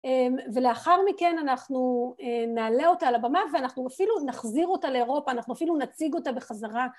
ולאחר מכן אנחנו נעלה אותה על הבמה ואנחנו אפילו נחזיר אותה לאירופה, אנחנו אפילו נציג אותה בחזרה.